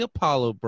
Apollo